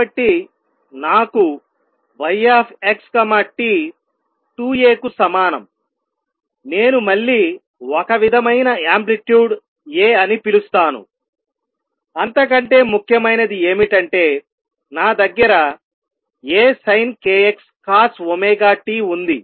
కాబట్టి నాకు yxt 2 A కు సమానం నేను మళ్ళీ ఒక విధమైన యాంప్లిట్యూడ్ A అని పిలుస్తానుఅంతకంటే ముఖ్యమైనది ఏమిటంటే నా దగ్గర ASinkxCosωt ఉంది